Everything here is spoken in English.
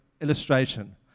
illustration